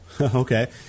Okay